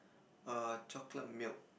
err chocolate milk